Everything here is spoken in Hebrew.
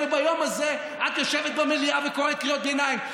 וביום הזה את יושבת במליאה וקוראת קריאות ביניים.